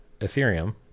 Ethereum